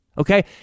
okay